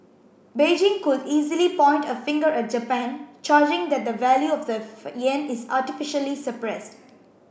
Beijing could easily point a finger at Japan charging that the value of the yen is artificially suppressed